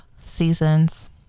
Seasons